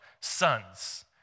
sons